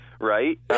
right